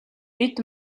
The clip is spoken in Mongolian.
бид